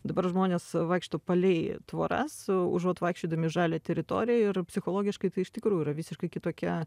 dabar žmonės vaikšto palei tvoras užuot vaikščiodami žalia teritorija ir psichologiškai tai iš tikrųjų yra visiškai kitokia